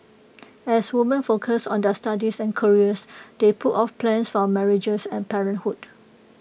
as women focused on their studies and careers they put off plans for marriages and parenthood